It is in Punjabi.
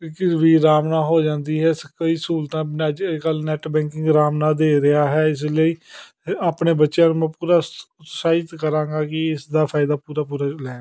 ਵੀ ਆਰਾਮ ਨਾਲ ਹੋ ਜਾਂਦੀ ਹੈ ਕਈ ਸਹੂਲਤਾਂ ਅੱਜ ਕੱਲ ਨੈੱਟ ਬੈਂਕਿੰਗ ਆਰਾਮ ਨਾਲ ਦੇ ਰਿਹਾ ਹੈ ਇਸ ਲਈ ਆਪਣੇ ਬੱਚਿਆਂ ਨੂੰ ਪੂਰਾ ਉਤਸ਼ਾਹਿਤ ਕਰਾਂਗਾ ਕੀ ਇਸ ਦਾ ਫਾਇਦਾ ਪੂਰਾ ਪੂਰਾ ਲੈਣ